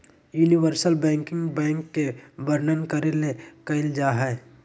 universal banking bank के वर्णन करे ले कइल जा हइ